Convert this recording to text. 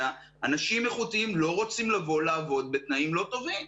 אנשים איכותיים לא רוצים לבוא לעבוד בתנאים לא טובים,